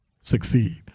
succeed